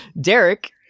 Derek